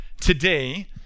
today